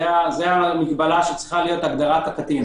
זו המגבלה שצריכה להיות, הגדרת הקטין.